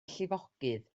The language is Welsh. llifogydd